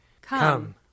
Come